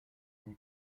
que